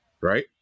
right